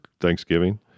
Thanksgiving